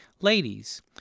Ladies